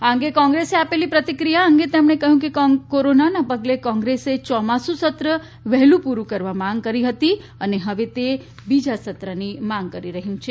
આ અંગે કોંગ્રેસે આપેલી પ્રતિક્રિયા અંગે તેમણે કહયું કે કોરોનાના પગલે કોંગ્રેસ ચોમાસુ સત્ર વહેલુ પુરુ કરવા માંગ કરી હતી અને હવે તે બીજા સત્રની માંગ કરી રહયાં છે